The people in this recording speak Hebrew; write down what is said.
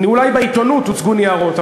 אולי בעיתונות הוצגו ניירות,